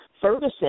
Ferguson